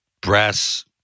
brass